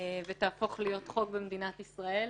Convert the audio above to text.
ותהפוך להיות חוק במדינת ישראל.